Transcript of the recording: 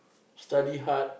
study hard